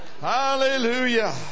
Hallelujah